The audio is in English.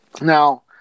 Now